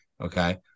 Okay